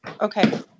Okay